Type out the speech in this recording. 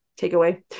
takeaway